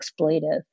exploitive